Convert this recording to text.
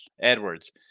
Edwards